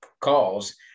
calls